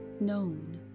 known